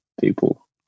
people